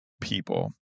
people